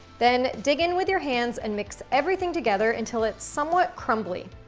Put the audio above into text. then, dig in with your hands and mix everything together until it's somewhat crumbly.